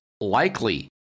likely